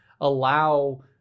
allow